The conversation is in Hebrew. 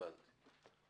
הבנתי.